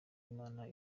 imana